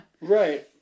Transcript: Right